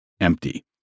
empty